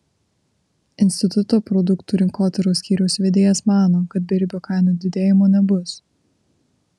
instituto produktų rinkotyros skyriaus vedėjas mano kad beribio kainų didėjimo nebus